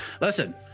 listen